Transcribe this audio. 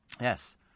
Yes